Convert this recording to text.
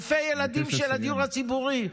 אלפי ילדים של הדיור הציבורי,